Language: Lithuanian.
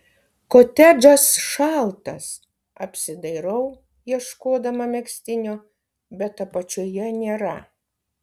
kotedžas šaltas apsidairau ieškodama megztinio bet apačioje nėra